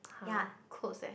!huh! clothes eh